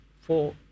four